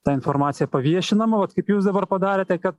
ta informacija paviešinama vat kaip jūs dabar padarėte kad